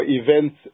events